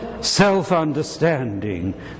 self-understanding